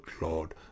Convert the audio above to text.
Lord